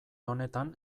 honetan